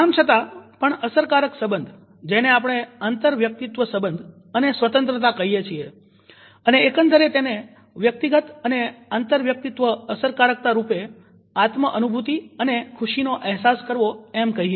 આમ છતાં પણ અસરકારક સબંધ જેને આપણે આંતરવ્યક્તિત્વ સંબંધ અને સ્વતંત્રતા કહીએ છીએ અને એકંદરે તેને વ્યક્તિગત અને આંતરવ્યક્તિત્વ અસરકારકતારૂપે આત્મ અનુભૂતિ અને ખુશી નો અહેસાસ કરવો એમ કહીએ છીએ